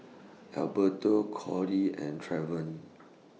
Alberto Cody and Trevon